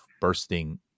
bursting